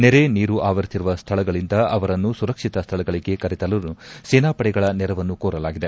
ನೆರೆ ನೀರು ಆವರಿಸಿರುವ ಸ್ಥಳಗಳಿಂದ ಅವರನ್ನು ಸುರಕ್ಷಿತ ಸ್ಥಳಗಳಿಗೆ ಕರೆತರಲು ಸೇನಾಪಡೆಗಳ ನೆರವನ್ನು ಕೋರಲಾಗಿದೆ